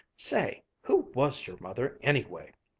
say, who was your mother, anyway?